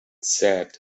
said